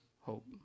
hope